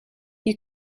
you